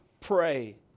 Pray